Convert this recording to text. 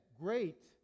great